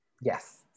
Yes